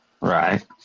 Right